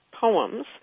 poems